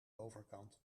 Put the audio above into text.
overkant